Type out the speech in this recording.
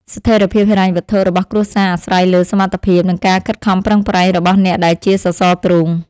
ស្ថិរភាពហិរញ្ញវត្ថុរបស់គ្រួសារអាស្រ័យលើសមត្ថភាព និងការខិតខំប្រឹងប្រែងរបស់អ្នកដែលជាសសរទ្រូង។